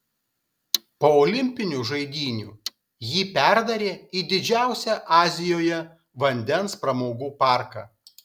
po olimpinių žaidynių jį perdarė į didžiausią azijoje vandens pramogų parką